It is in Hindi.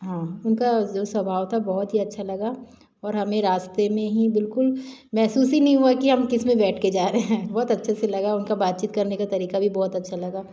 जी हाँ उनका जो स्वभाव था बहुत ही अच्छा लगा और हमें रास्ते में ही बिल्कुल महसूस ही नहीं हुआ कि किस में बैठ के जा रहे हैं बहुत अच्छे से लगा उनका बातचीत करने का तरक़ा भी बहुत अच्छा लगा